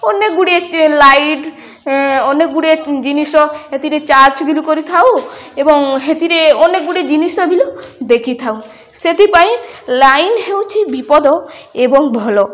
ଅନେକ ଗୁଡ଼ିଏ ଲାଇଟ୍ ଅନେକ ଗୁଡ଼ିଏ ଜିନିଷ ଏଥିରେ ଚାର୍ଜ ବି କରିଥାଉ ଏବଂ ହେଥିରେ ଅନେକ ଗୁଡ଼ିଏ ଜିନିଷ ବି ଦେଖିଥାଉ ସେଥିପାଇଁ ଲାଇନ୍ ହେଉଛି ବିପଦ ଏବଂ ଭଲ